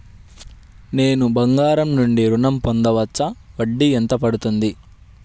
నేను బంగారం నుండి ఋణం పొందవచ్చా? వడ్డీ ఎంత పడుతుంది?